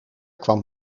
kwam